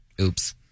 Oops